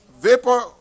Vapor